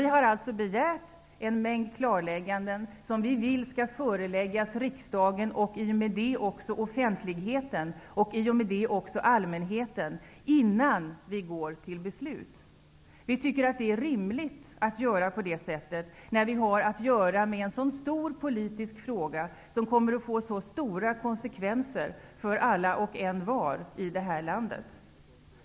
Vi i Vänsterpartiet har begärt en mängd klarlägganden som vi vill skall föreläggas riksdagen, och därmed offentligheten och allmänheten, innan riksdagen går till beslut. Vi tycker att det är rimligt att göra så, när det är fråga om en så stor politisk fråga som kommer att få så stora konsekvenser för alla och envar i det här landet.